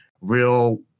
real